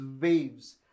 waves